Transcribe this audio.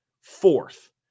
Fourth